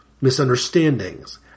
Misunderstandings